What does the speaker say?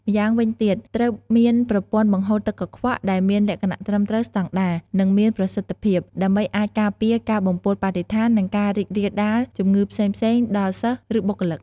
ម្យ៉ាងវិញទៀត ត្រូវមានប្រព័ន្ធបង្ហូរទឹកកខ្វក់ដែលមានលក្ខណៈត្រឹមត្រូវស្តង់ដា និងមានប្រសិទ្ធភាព ដើម្បីអាចការពារការបំពុលបរិស្ថាន និងការរីករាលដាលជំងឺផ្សេងៗដល់សិស្សឬបុគ្គលិក។